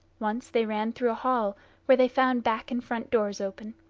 once they ran through a hall where they found back and front doors open.